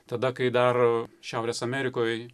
tada kai dar šiaurės amerikoj